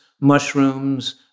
mushrooms